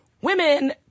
Women